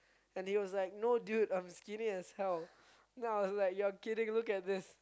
and he was like no dude I'm skinny as hell then I was like you're kidding look at this